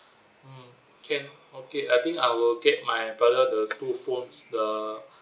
mm can okay I think I will get my brother the two phones the